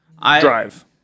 Drive